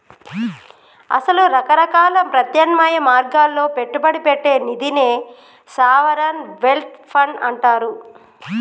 అసల రకరకాల ప్రత్యామ్నాయ మార్గాల్లో పెట్టుబడి పెట్టే నిదినే సావరిన్ వెల్త్ ఫండ్ అంటారు